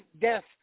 death